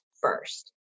first